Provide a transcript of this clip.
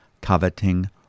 coveting